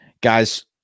Guys